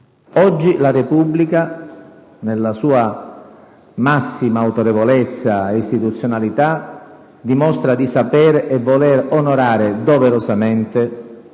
Oggi la Repubblica, nella sua massima autorevolezza e istituzionalità, dimostra di sapere e volere onorare, doverosamente,